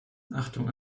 achtung